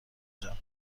جان